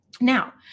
Now